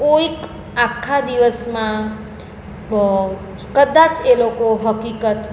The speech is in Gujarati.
કોઈક આખા દિવસમાં કદાચ એ લોકો હકીકત